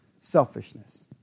selfishness